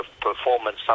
performance